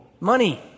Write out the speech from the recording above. Money